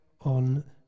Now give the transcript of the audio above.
on